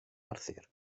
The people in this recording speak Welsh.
arthur